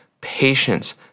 patience